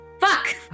Fuck